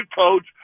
coach